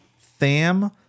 Tham